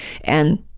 and-